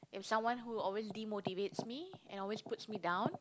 if someone who always demotivates me and always puts me down